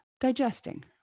digesting